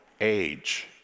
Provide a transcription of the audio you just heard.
age